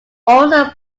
also